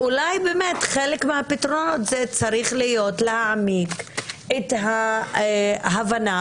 אולי באמת חלק מהפתרונות צריכים להיות להעמיק את ההבנה